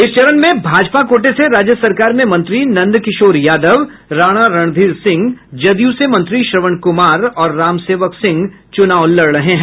इस चरण में भाजपा कोटे से राज्य सरकार में मंत्री नंदकिशोर यादव राणा रणधीर सिंह जदयू से मंत्री श्रवण कुमार और राम सेवक सिंह चुनाव लड़ रहे हैं